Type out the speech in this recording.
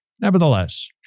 Nevertheless